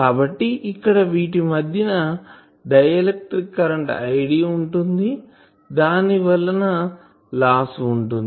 కాబట్టి ఇక్కడ వీటి మధ్య డైఎలక్ట్రిక్ కరెంటు id ఉంటుందికాబట్టి దాని వలన లాస్ ఉంటుంది